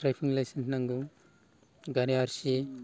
driving licence नांगौ गारि R सि